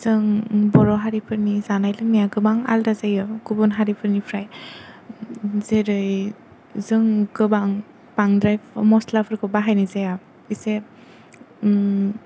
जों बर' हारिफोरनि जानाय लोंनाया गोबां आलादा जायो गोबां गुबुन हारिफोरनिफ्राय जेरै जों गोबां बांद्राय मस्लाफोरखौ बाहायनाय जाया इसे